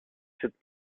cette